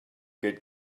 good